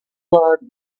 flood